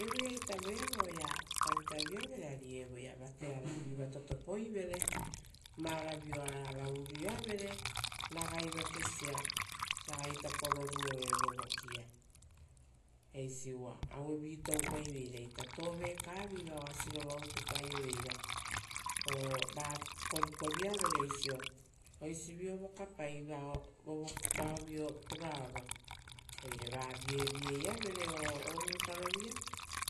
Evoeaita oea tavitaviavere ari evoea vaterearavi vatotopoivere oarava urioavere ragai vatesia, ragai tapo roruoro evovoki-ia. Eisi uva auevi toupaiveira ita, tovekavi oa sirova utupaioveira. Uva va korikoriavere oisio, oisio vokapai vovokivio puraoro, oire va vievieavere o ovutarovuia